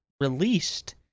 released